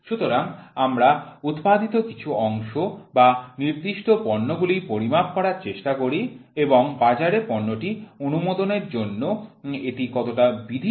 সুতরাং আমরা উৎপাদিত কিছু অংশ বা নির্দিষ্ট পণ্যগুলি পরিমাপ করার চেষ্টা করি এবং বাজারে পণ্যটি অনুমোদনের জন্য এটি কতটা বিধিসম্মত সেটা আমরা দেখি